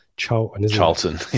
charlton